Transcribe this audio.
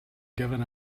given